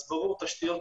אז ברור שתשתיות